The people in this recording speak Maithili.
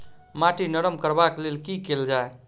माटि नरम करबाक लेल की केल जाय?